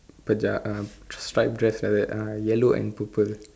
paja~ uh striped dress like that uh yellow and purple